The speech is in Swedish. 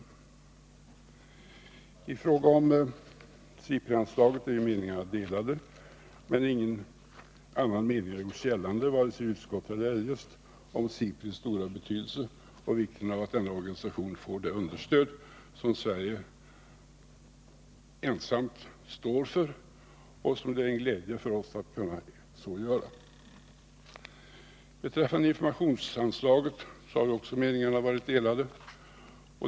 127 I fråga om SIPRI-anslaget är meningarna delade. Men ingen annan mening har gjorts gällande, vare sig i utskottet eller eljest, än att SIPRI har stor betydelse och att det är viktigt att denna organisation får det understöd som Sverige ensamt står för och som det är en glädje för oss att kunna ge. Beträffande informationsanslaget har också meningarna varit delade.